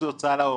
שזה הוצאה לאור.